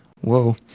whoa